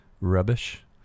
rubbish